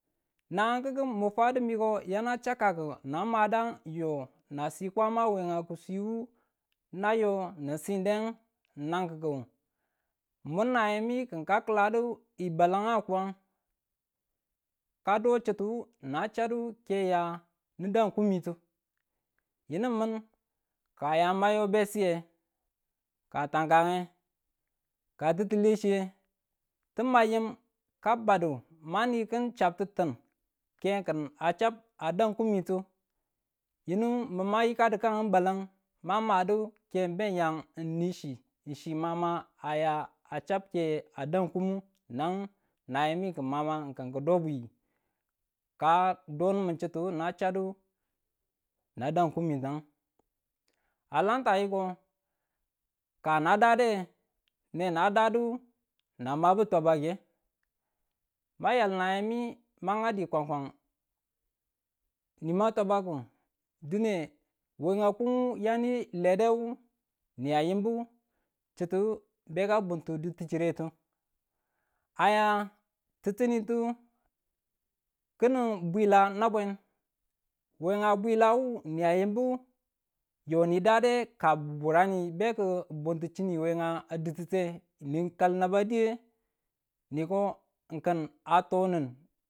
Nanang kiku mu fwadu miko yana chakkaku nan madang yo na sii kwama wenga ki swiwu, na yo nin siin deng nakiku min nayemi kin kaladi balanga kuwang, ka do chitu nin chadu ke nin dang kummitu, yinu min ka ya ma yo be siye ka tanka nge, ka titile chiye, tim ma yim ka badu mani kim chabtitin ke na kim chab a dang kummitu yinu mun ma yakadu kang baleng ma medu ken beya n ni chi chi ma ma aya a chab ke a dang kummi nang nayemi kin ma ma kin kido bwi ka do nimun chituwu, na chadu na dang kummititang a lamta yiko ka na dade ne na dadu na mabu tabake ma yal nayemi ma ngadi fwangfwang ni ma tabaku dine we a kung yani ledewu ni a yimbu chite be ka bunti durchiretu aya tititu kinu bila nwabeng we a bilawu na yimbu yeni dade ka wureni be ki bunti wenga diddute ni kal naba diye, niko n kin a to nin.